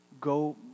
go